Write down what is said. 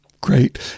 Great